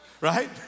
right